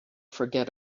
forget